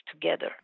together